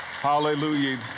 Hallelujah